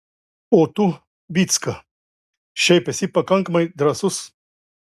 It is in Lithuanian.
o tu vycka šiaip esi pakankamai drąsus